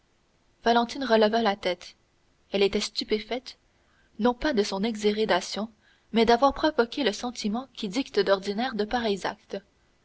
valentine releva la tête elle était stupéfaite non pas de son exhérédation mais d'avoir provoqué le sentiment qui dicte d'ordinaire de pareils actes